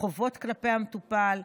חובות כלפי המטופל,